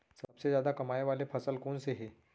सबसे जादा कमाए वाले फसल कोन से हे?